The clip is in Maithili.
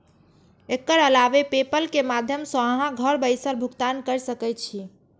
एकर अलावे पेपल के माध्यम सं अहां घर बैसल भुगतान कैर सकै छी